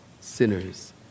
sinners